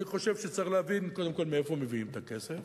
אני חושב שצריך להבין קודם כול מאיפה מביאים את הכסף,